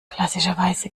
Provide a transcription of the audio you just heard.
klassischerweise